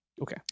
Okay